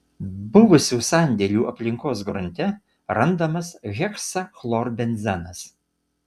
buvusių sandėlių aplinkos grunte randamas heksachlorbenzenas